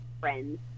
friends